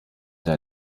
der